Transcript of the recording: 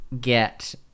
get